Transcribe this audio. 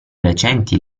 recenti